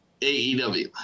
AEW